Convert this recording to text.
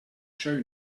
show